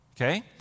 okay